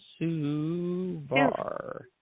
Suvar